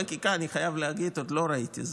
כזאת חקיקה, אני חייב להגיד, עוד לא ראיתי.